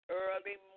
early